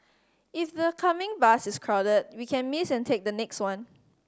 if the coming bus is crowded we can miss and take the next one